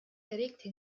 erregte